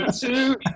two